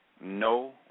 No